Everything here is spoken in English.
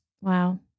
Wow